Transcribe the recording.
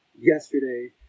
yesterday